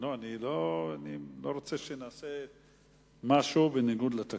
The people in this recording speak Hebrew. אני לא רוצה שנעשה משהו בניגוד לתקנון.